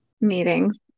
Meetings